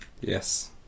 Yes